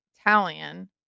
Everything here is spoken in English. Italian